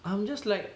I'm just like